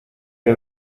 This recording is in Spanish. que